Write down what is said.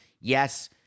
Yes